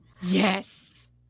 Yes